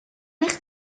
eich